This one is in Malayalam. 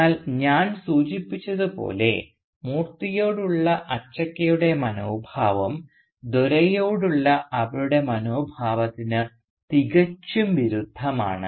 എന്നാൽ ഞാൻ സൂചിപ്പിച്ചതുപോലെ മൂർത്തിയോടുള്ള അച്ചക്കയുടെ മനോഭാവം ദോരൈയോടുള്ള അവരുടെ മനോഭാവത്തിന് തികച്ചും വിരുദ്ധമാണ്